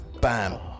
bam